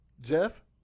jeff